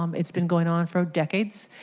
um it's been going on for decades.